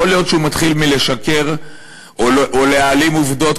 יכול להיות שהוא מתחיל מלשקר או להעלים עובדות,